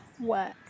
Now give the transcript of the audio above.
work